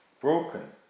broken